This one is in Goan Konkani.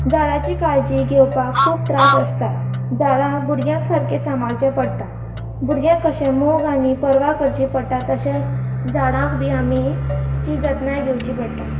झाडाची काळजी घेवपाक खूब त्रास आसतात झाडां भुरग्यांक सारकें सांबाळचें पडटात भुरग्यांक कशें मोग आनी पर्वा करची पडटा तशेंच झाडांक बी आमी ती जतनाय घेवची पडटा